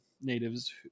natives